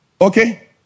Okay